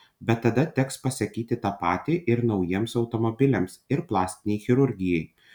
bet tada teks pasakyti tą patį ir naujiems automobiliams ir plastinei chirurgijai